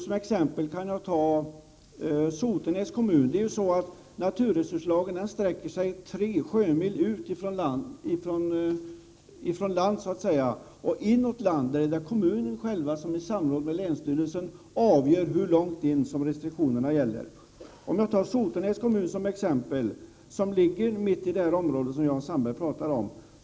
Som exempel kan nämnas Sotenäs kommun. Restriktionerna i naturresurslagen gäller tre sjömil ut från land, och inåt land är det kommunen själv som i samråd med länsstyrelsen avgör hur långt in restriktionerna skall gälla. Sotenäs kommun ligger mitt i det område Jan Sandberg pratar om.